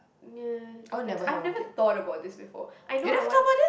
uh depends I've never thought about this before I know I want